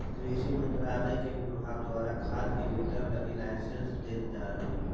कृषि मंत्रालय के विभाग द्वारा खाद के वितरण लगी लाइसेंस देल जा हइ